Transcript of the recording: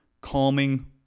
calming